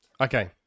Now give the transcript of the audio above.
Okay